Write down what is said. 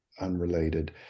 unrelated